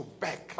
back